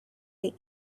way